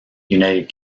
united